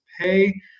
pay